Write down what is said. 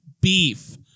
beef